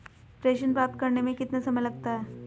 प्रेषण प्राप्त करने में कितना समय लगता है?